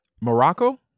Morocco